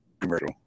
commercial